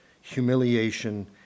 humiliation